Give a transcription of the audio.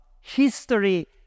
history